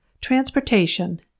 Transportation